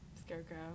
Scarecrow